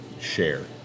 share